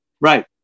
right